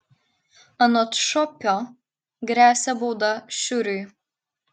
anot šopio gresia bauda šiuriui